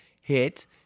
hit